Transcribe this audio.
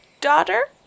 daughter